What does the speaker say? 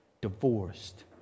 divorced